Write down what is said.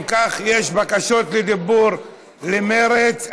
אם כך, יש בקשות לדיבור של מרצ.